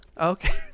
Okay